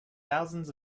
thousands